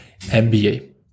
MBA